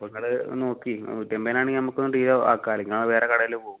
അപ്പോൾ ഇങ്ങൾ ഒന്ന് നോക്കി നൂറ്റമ്പതിനാണെങ്കിൽ നമുക്കൊന്ന് ഡീല് ആക്കാമായിരുന്നു നിങ്ങൾ വേറെ കടയിൽ പോം